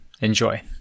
Enjoy